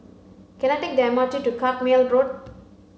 can I take the M R T to Carpmael Road